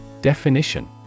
Definition